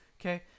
okay